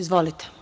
Izvolite.